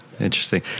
interesting